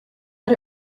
but